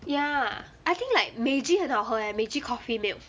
ya I think like Meiji 很好喝 eh Meiji coffee milk